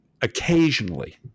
occasionally